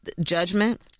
judgment